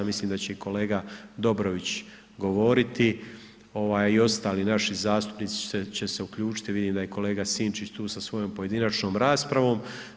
Mislim da će i kolega Dobrović govoriti i ostali naši zastupnici će se uključiti, vidim da je kolega Sinčić sa svojom pojedinačnom raspravom.